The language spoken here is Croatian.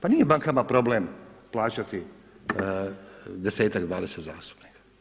Pa nije bankama problem plaćati desetak, dvadeset zastupnika.